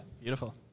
Beautiful